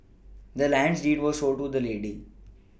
the land's deed was sold to the lady